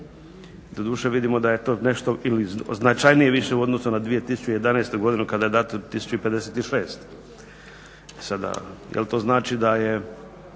doduše vidimo da je to nešto ili značajnije više u odnosu na 2011. godinu kada je dato 1056. E sada, jel' to znači da je